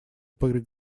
при